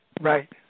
Right